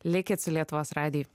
likit su lietuvos radiju